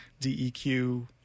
DEQ